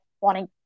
wanting